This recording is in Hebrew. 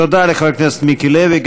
תודה לחבר הכנסת מיקי לוי.